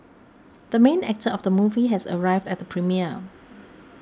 the main actor of the movie has arrived at the premiere